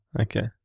Okay